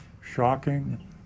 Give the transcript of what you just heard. Shocking